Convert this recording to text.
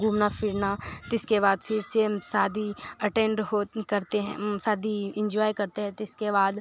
घूमना फिरना तो इसके बाद फिर से हम शादी अटेंड होत करते हैं शादी इंजॉय करते हैं तो इसके बाद